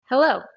Hello